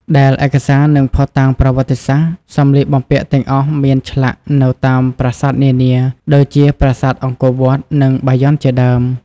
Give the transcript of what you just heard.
ដែលឯកសារ និងភស្តុតាងប្រវត្តិសាស្ត្រសម្លៀកបំពាក់ទាំងអស់មានឆ្លាក់នៅតាមប្រាសាទនានា ដូចជាប្រាសាទអង្គរវត្ត និងបាយ័នជាដើម។